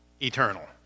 eternal